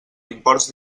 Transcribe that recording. imports